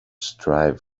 strive